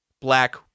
black